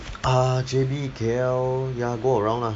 ah J_B K_L ya go around lah